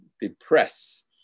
depress